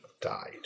died